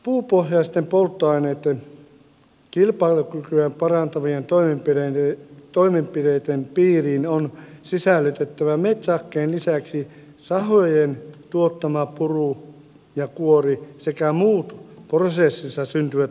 puupohjaisten polttoaineitten kilpailukykyä parantavien toimenpiteiden piiriin on sisällytettävä metsähakkeen lisäksi sahojen tuottama puru ja kuori sekä muut prosessissa syntyvät polttokelpoiset jakeet